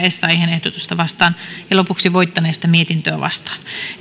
ehdotusta yhdeksäänkymmeneenkuuteen vastaan ja lopuksi voittaneesta mietintöä vastaan